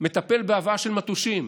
מטפל בהבאה של מטושים